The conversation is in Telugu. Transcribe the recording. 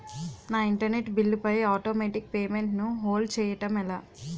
నా ఇంటర్నెట్ బిల్లు పై ఆటోమేటిక్ పేమెంట్ ను హోల్డ్ చేయటం ఎలా?